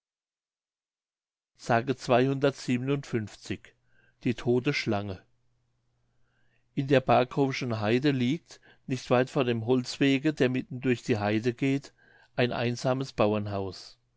die todte schlange in der barkowschen haide liegt nicht weit von dem holzwege der mitten durch die haide geht ein einsames bauernhaus